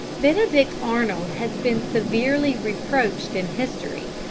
benedict arnold has been severely reproached in history,